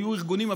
היו ארגונים,